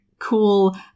Cool